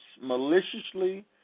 maliciously